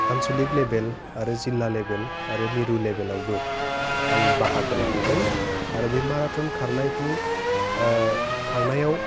आनसलिक level आरो जिल्ला level आरो मिरु लेभेलावबो आं बाहागो लाबोदों आरो बे माराथन खारनायखौ खारनायाव